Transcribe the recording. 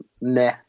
Nah